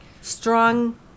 strong